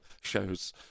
shows